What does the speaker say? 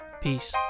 Peace